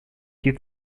you